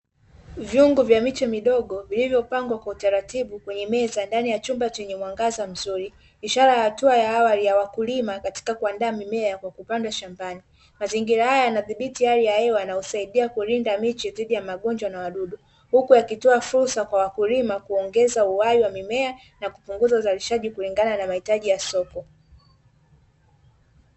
Vyungu vya miche midogo vilivyopangwa wa utaratibu kwenye meza ndani ya chumba chenye mwangaza mzuri. Ishara ya hatua ya awali ya wakulima katika kuandaa mimea kwa kupandwa shambani. Mazingira haya yanadhibiti hali ya hewa na husaidia kulinda miche dhidi ya magonjwa na wadudu. Huku yakitoa fursa kwa wakulima kuongeza uhai wa mimea na kupunguza uzalishaji kulingana na mahitaji ya soko.